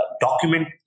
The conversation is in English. document